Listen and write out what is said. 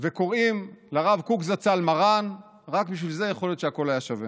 וקוראים לרב קוק זצ"ל "מרן" רק בשביל זה יכול להיות שהכול היה שווה.